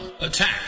Attack